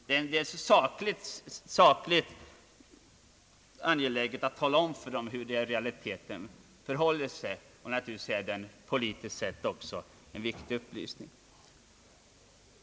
Det är sakligt angeläget att tala om för dem hur det i realiteten förhåller sig, och naturligtvis är det politiskt sett också en viktig upplysning.